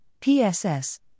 PSS